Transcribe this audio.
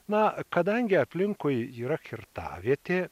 na kadangi aplinkui yra kirtavietė